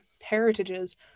heritages